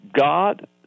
god